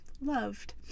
loved